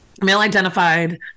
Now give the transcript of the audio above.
male-identified